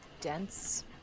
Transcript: dense